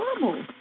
normal